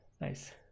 Nice